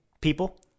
people